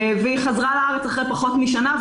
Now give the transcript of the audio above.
היא חזרה לארץ אחרי פחות משנה,